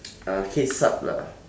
uh heads up lah